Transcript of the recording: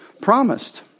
promised